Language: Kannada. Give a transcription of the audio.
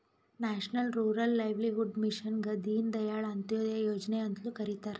ನ್ಯಾಷನಲ್ ರೂರಲ್ ಲೈವ್ಲಿಹುಡ್ ಮಿಷನ್ಗ ದೀನ್ ದಯಾಳ್ ಅಂತ್ಯೋದಯ ಯೋಜನೆ ಅಂತ್ನು ಕರಿತಾರ